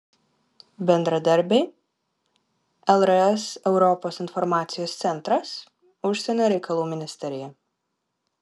bendradarbiai lrs europos informacijos centras užsienio reikalų ministerija